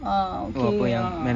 ah okay ah